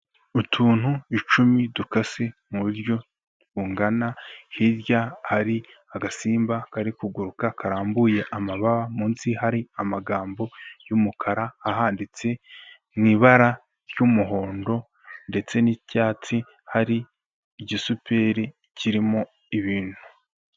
Utuntu icumi dukase mu buryo bungana, hirya hari agasimba kari kuguruka karambuye amababa, munsi hari amagambo y'umukara ahanditse mu ibara ry'umuhondo ndetse n'icyatsi, hari igisuperi kirimo ibintu.